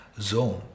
zone